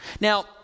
Now